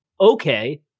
okay